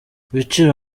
ibiciro